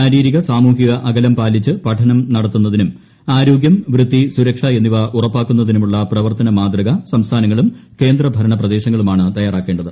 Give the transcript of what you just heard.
ശാരീരിക സാമൂഹിക അകലം പാലിച്ച് പഠനം നടത്തുന്നതിനും ആരോഗ്യം വൃത്തി സുരക്ഷാ എന്നിവ ഉറപ്പാക്കുന്നതിനും ഉള്ള പ്രവർത്തന മാതൃക സംസ്ഥാനങ്ങളും കേന്ദ്രഭരണ പ്രദേശങ്ങളുമാണ് തയ്യാറാക്കേണ്ടത്